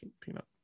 Peanut